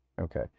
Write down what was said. Okay